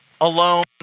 alone